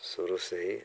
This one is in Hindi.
शुरू से ही